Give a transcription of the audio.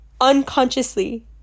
unconsciously